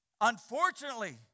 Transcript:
Unfortunately